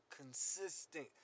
consistent